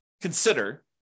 consider